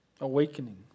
awakening